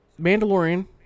Mandalorian